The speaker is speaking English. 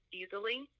easily